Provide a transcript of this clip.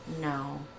No